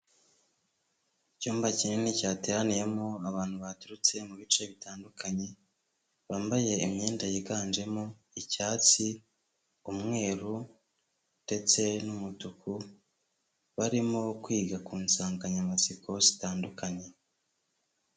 Icyumba kinini cyateraniyemo abantu baturutse mu bice bitandukanye, bambaye imyenda yiganjemo icyatsi, umweru ndetse n'umutuku, barimo kwiga ku nsanganyamatsiko zitandukanye.